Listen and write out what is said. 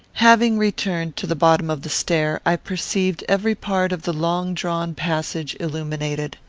having returned to the bottom of the stair, i perceived every part of the long-drawn passage illuminated.